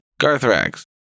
Garthrax